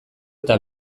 eta